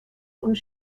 und